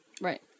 Right